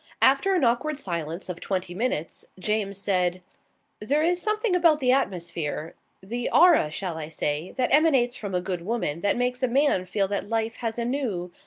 after an awkward silence of twenty minutes, james said there is something about the atmosphere the aura, shall i say that emanates from a good woman that makes a man feel that life has a new,